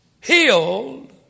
Healed